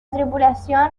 tripulación